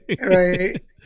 right